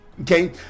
Okay